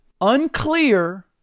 unclear